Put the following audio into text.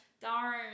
Darn